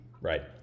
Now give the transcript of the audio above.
Right